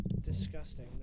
disgusting